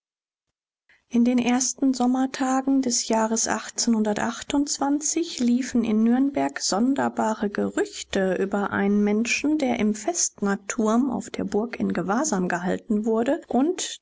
in den ersten sommertagen des jahres liefen in nürnberg sonderbare gerüchte über einen menschen der im vestnerturm auf der burg in gewahrsam gehalten wurde und